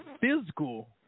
physical